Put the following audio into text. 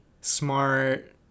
smart